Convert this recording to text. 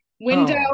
window